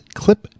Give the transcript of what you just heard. clip